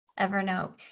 Evernote